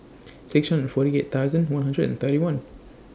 six hundred and forty eight thousand one hundred and thirty one